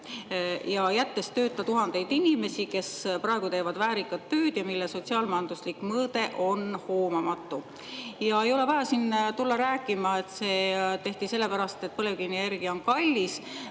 jättes tööta tuhandeid inimesi, kes praegu teevad väärikat tööd. Selle sotsiaal-majanduslik mõõde on hoomamatu. Ja ei ole vaja siin tulla rääkima, et see tehti sellepärast, et põlevkivienergia on kallis.